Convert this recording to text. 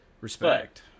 Respect